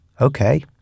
Okay